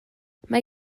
mae